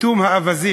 פיטום האווזים.